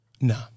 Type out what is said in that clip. No